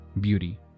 beauty